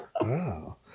Wow